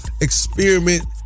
experiment